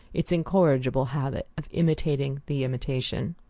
its incorrigible habit of imitating the imitation.